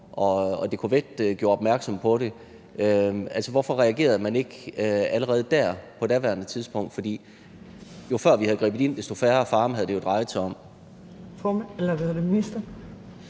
og DK-VET gjorde opmærksom på det. Hvorfor reagerede man ikke allerede på daværende tidspunkt? For jo før vi havde grebet ind, desto færre farme havde det jo drejet sig om.